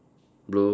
blue